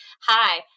hi